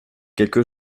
quelque